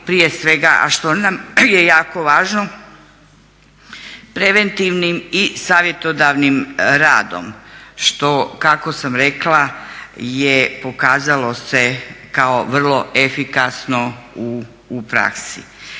a što nam je jako važno preventivnim i savjetodavnim radom što kako sam rekla je pokazalo se kao vrlo efikasno u praksi.